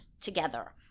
together